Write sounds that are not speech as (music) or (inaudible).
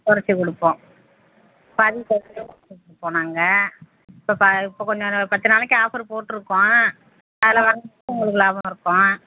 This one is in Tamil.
குறைச்சு கொடுப்போம் பாதி (unintelligible) கொடுப்போம் நாங்கள் இப்போ இப்போ கொஞ்சம் பத்து நாளைக்கு ஆஃபர் போட்டிருக்கோம் அதில் வந்து உங்களுக்கு லாபம் இருக்கும்